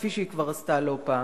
כפי שהיא כבר עשתה לא פעם.